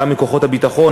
גם מכוחות הביטחון,